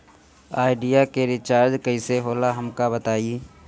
Idea के recharge कईसे होला हमका बताई?